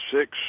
six